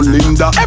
Linda